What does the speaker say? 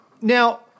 now